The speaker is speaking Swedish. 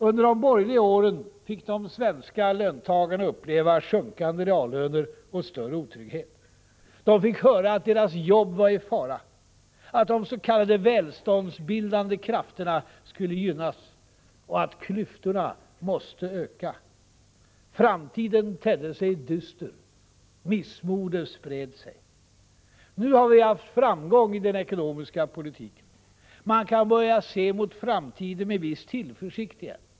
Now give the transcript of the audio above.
Under de borgerliga åren fick de svenska löntagarna uppleva sjunkande reallöner och större otrygghet. De fick höra att deras jobb var i fara, att de s.k. välståndsbildande krafterna skulle gynnas och att klyftorna måste öka. Framtiden tedde sig dyster. Missmodet spred sig. Nu har vi haft framgång i den ekonomiska politiken. Man kan börja se mot framtiden med viss tillförsikt igen.